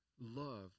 love